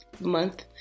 month